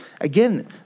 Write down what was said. again